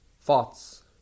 thoughts